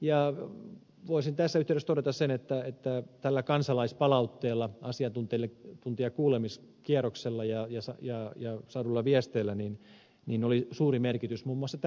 ja voisin tässä yhteydessä todeta sen että kansalaispalautteella asiantuntelle tuntia kuulemis kierroksella ja asiantuntijakuulemiskierroksella ja saaduilla viesteillä oli suuri merkitys muun muassa